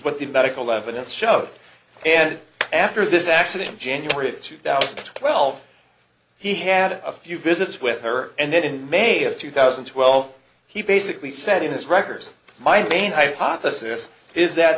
what the medical evidence showed and after this accident january of two thousand and twelve he had a few visits with her and then in may of two thousand and twelve he basically said in his records my name hypothesis is that